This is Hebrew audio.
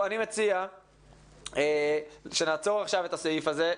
אני מציע שנעצור עכשיו את הסעיף הזה,